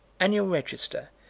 annual register,